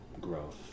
growth